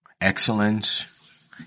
Excellence